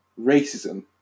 racism